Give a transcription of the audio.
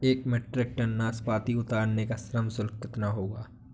एक मीट्रिक टन नाशपाती उतारने का श्रम शुल्क कितना होगा?